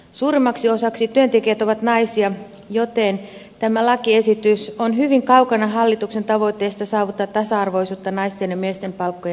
suurimmaksi osaksi työntekijät ovat naisia joten tämä lakiesitys on hyvin kaukana hallituksen tavoitteesta saavuttaa tasa arvoisuutta naisten ja miesten palkkojen välillä